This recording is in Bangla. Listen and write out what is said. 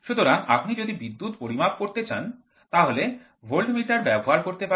সুতরাং আপনি যদি বিদ্যুৎ পরিমাণ করতে চান তাহলে ভোল্টমিটার ব্যবহার করতে পারেন